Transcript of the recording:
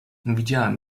widziałem